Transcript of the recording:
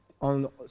on